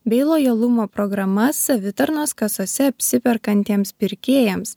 bei lojalumo programas savitarnos kasose apsiperkantiems pirkėjams